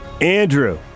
andrew